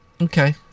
Okay